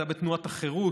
הוא היה בתנועת החרות,